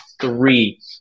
three